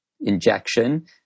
injection